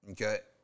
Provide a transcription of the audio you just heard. Okay